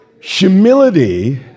humility